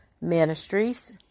Ministries